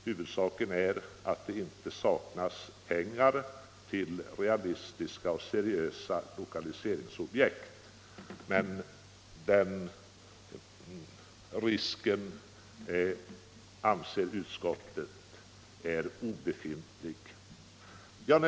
Huvudsaken är att det inte saknas pengar till realistiska och seriösa lokaliseringsobjekt, men den risken anser utskottet vara obefintlig.